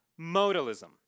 modalism